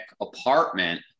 apartment